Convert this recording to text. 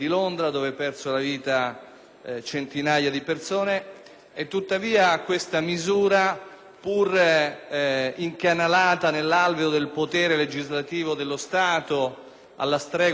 misura, tuttavia, pur incanalata nell'alveo del potere legislativo dello Stato alla stregua dell'articolo 117, terzo comma della Costituzione,